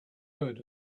heard